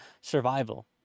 survival